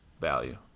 value